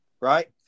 Right